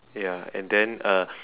ya and then uh